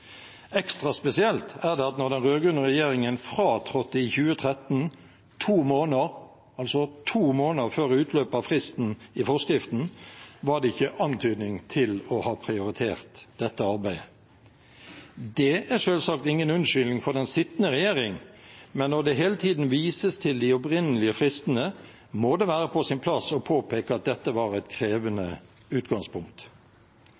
Ekstra spesielt er det at da den rød-grønne regjeringen fratrådte i 2013, to måneder før utløp av fristen i forskriften, var det ikke antydning til å ha prioritert dette arbeidet. Det er selvsagt ingen unnskyldning for den sittende regjeringen, men når det hele tiden vises til de opprinnelige fristene, må det være på sin plass å påpeke at dette var et